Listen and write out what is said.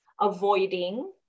avoiding